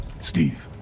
Steve